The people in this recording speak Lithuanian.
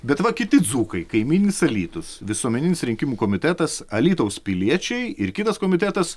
bet va kiti dzūkai kaimyninis alytus visuomeninis rinkimų komitetas alytaus piliečiai ir kitas komitetas